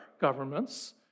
governments